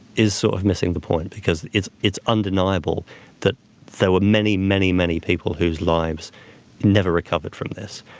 is sort of missing the point because it's it's undeniable that there were many, many, many people whose lives never recovered from this.